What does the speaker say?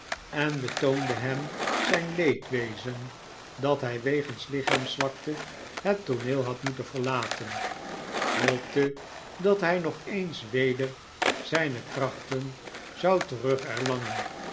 leening betoonde hem zijn leedwezen dat hij wegens lichaamszwakte het tooneel had moeten verlaten hoopte dat hij nog eens weder zh'ne krachten zou terug erlangen